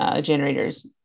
generators